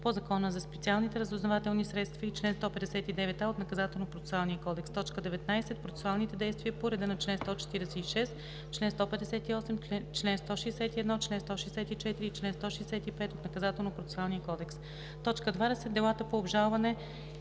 по Закона за специалните разузнавателни средства и чл. 159а от Наказателно-процесуалния кодекс; 19. Процесуалните действия по реда на чл. 146, чл. 158, чл. 161, чл. 164 и чл. 165 от Наказателно-процесуалния кодекс; 20. Делата по обжалване